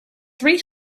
three